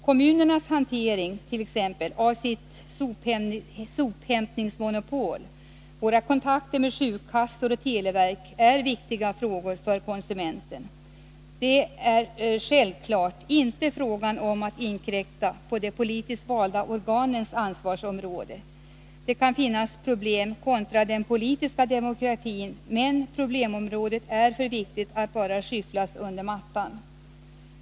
Kommunernas hantering av t.ex. fritt sophämtningsmonopol, våra kontakter med sjukkassor och televerk är viktiga frågor för konsumenten. Det är självklart inte fråga om att inkräkta på de politiskt valda organens ansvarsområde. Det kan finnas problem kontra den politiska demokratin, men problemområdet är för viktigt att bara skjutas under mattan.